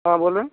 हाँ बोलें